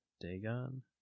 Dagon